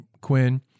Quinn